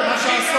בעולם, אתה טועה.